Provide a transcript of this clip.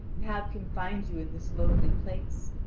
and have confined you in this lonely place?